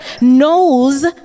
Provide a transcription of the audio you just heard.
knows